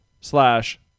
slash